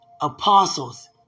apostles